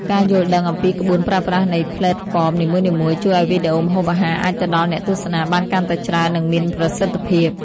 ការយល់ដឹងអំពីក្បួនប្រើប្រាស់នៃផ្លេតហ្វមនីមួយៗ ជួយឱ្យវីដេអូម្ហូបអាហារអាចទៅដល់អ្នកទស្សនាបានកាន់តែច្រើន និងមានប្រសិទ្ធភាព។